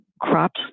crops